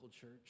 church